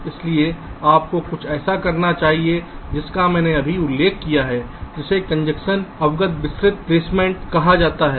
इसलिए आपको कुछ ऐसा करना चाहिए जिसका मैंने अभी उल्लेख किया है जिसे कंजेशन अवगत विस्तृत प्लेसमेंट कहा जाता है